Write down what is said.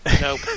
Nope